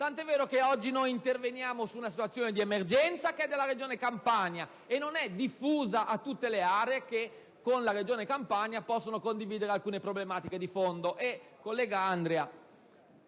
tanto è vero che oggi interveniamo sulla situazione di emergenza della Regione Campania che non è diffusa a tutte le aree che con la Regione Campania possono condividere alcune problematiche di fondo.